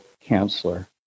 counselor